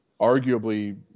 arguably